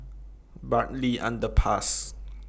Bartley Underpass